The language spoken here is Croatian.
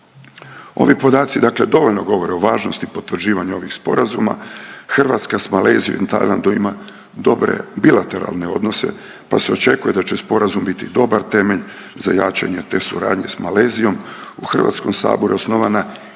Ovi podaci dovoljno govore o važnosti potvrđivanja ovih sporazuma, Hrvatska s Malezijom i Tajlandom ima dobre bilateralne odnose pa se očekuje da će sporazum biti dobar temelj za jačanje te suradnje s Malezijom. U HS-u je osnovana